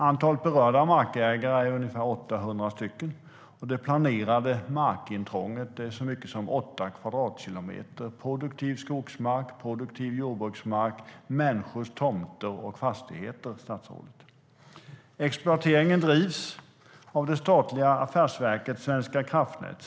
Antalet berörda markägare är ungefär 800 stycken, och det planerade markintrånget är så stort som åtta kvadratkilometer. Det handlar om produktiv skogsmark, produktiv jordbruksmark och människors tomter och fastigheter, statsrådet. Exploateringen drivs av det statliga Affärsverket svenska kraftnät.